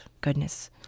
goodness